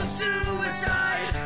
suicide